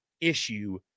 issue